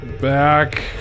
back